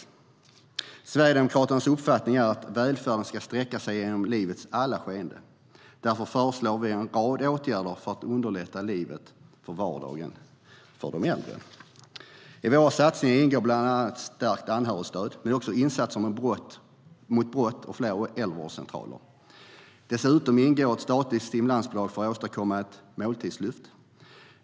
I våra satsningar ingår bland annat stärkt anhörigstöd, men också insatser mot brott samt fler äldrevårdscentraler. Dessutom ingår ett statligt stimulansbidrag för att åstadkomma ett måltidslyft.